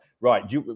Right